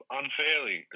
unfairly